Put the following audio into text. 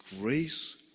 grace